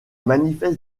manifeste